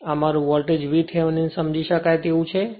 અને આ મારું વોલ્ટેજ VThevenin સમજી શકાય તેવું છે